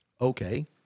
Okay